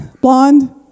blonde